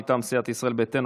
מטעם סיעת ישראל ביתנו,